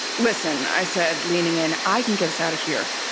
listen i said, leaning in. i can get us out of here.